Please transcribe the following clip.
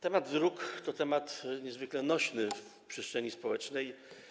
Temat dróg to temat niezwykle nośny w przestrzeni społecznej.